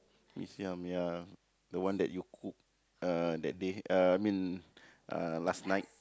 mee-siam ya the one that you cook uh that day uh I mean uh last night